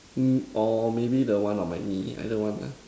mm or maybe the one on my knee either one lah